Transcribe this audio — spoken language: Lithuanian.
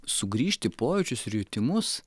sugrįžti į pojūčius ir jutimus